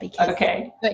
Okay